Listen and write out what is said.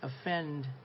offend